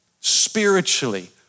spiritually